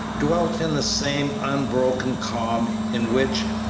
dwelt in the same unbroken calm in which,